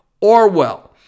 Orwell